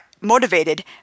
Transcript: motivated